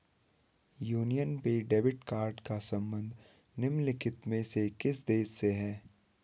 Union पे debit card का संबंध निम्नलिखित में से किस देश से है?